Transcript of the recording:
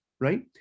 right